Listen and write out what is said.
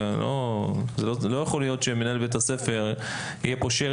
לא יכול להיות שמנהל בית ספר יהיה קושרת